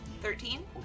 Thirteen